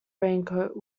raincoat